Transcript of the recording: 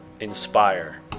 Inspire